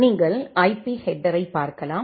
நீங்கள் ஐபி ஹெட்டரை பார்க்கலாம்